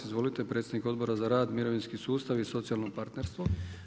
Izvolite, predsjednik Odbora za rad, mirovinski sustav i socijalno partnerstvo.